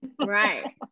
right